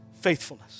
faithfulness